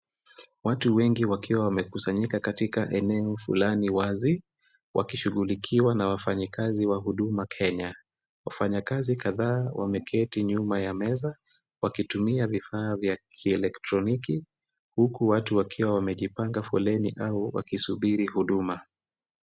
Watu wengi wakiwa wamekusanyika katika eneo fulani wazi, wakishughulikiwa na wafanyikazi wa Huduma Kenya. Wafanyikazi kadhaa wameketi nyuma meza wakitumia vifaa vya kielektroniki huku watu wakiwa wamejipanga foleni au wakisubiri huduma.